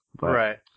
Right